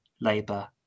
Labour